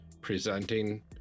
presenting